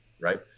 right